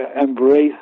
embrace